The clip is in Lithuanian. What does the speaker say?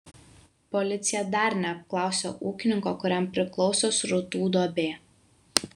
policija dar neapklausė ūkininko kuriam priklauso srutų duobė